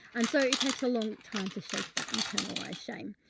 and so it takes a long time to shake that internalized shame.